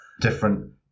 different